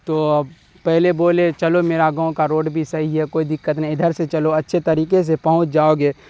تو پہلے بولے چلو میرا گاؤں کا روڈ بھی صحیح ہے کوئی دقت نہیں ہے ادھر سے چلو اچھے طریقے سے پہنچ جاؤگے